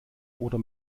oder